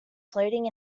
floating